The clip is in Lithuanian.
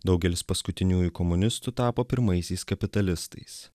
daugelis paskutiniųjų komunistų tapo pirmaisiais kapitalistais